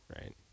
Right